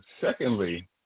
Secondly